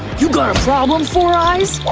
you got a problem, four-eyes?